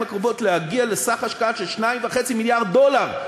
הקרובות להגיע לסך השקעה של 2.5 מיליארד דולר.